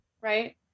Right